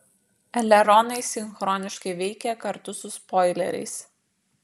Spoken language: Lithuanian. eleronai sinchroniškai veikia kartu su spoileriais